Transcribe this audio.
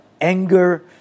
anger